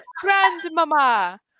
Grandmama